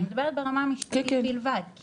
אני מדברת ברמה המשפטית בלבד.